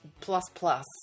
plus-plus